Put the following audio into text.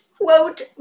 quote